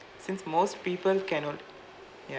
since most people cannot ya